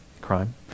crime